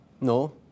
No